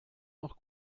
noch